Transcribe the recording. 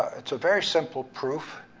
it's a very simple proof,